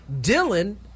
Dylan